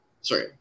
sorry